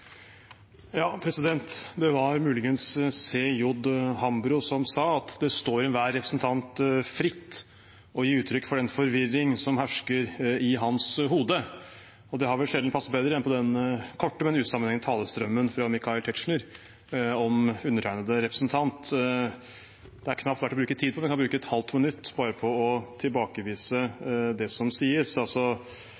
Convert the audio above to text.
Det var muligens C.J. Hambro som sa at det står enhver representant fritt å gi uttrykk for den forvirring som hersker i hans hode, og det har vel sjelden passet bedre enn etter den korte, men usammenhengende talestrømmen fra Michael Tetzschner om undertegnede representant. Det er knapt verdt å bruke tid på, men jeg kan bruke et halvt minutt bare på å tilbakevise